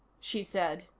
she said.